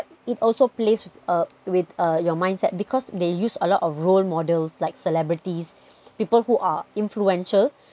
it also plays uh with uh your mindset because they use a lot of role models like celebrities people who are influential